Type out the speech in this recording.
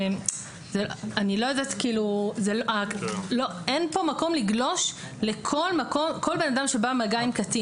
אין כאן מקום לגלוש לכל בן אדם שבא במגע עם קטין.